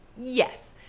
yes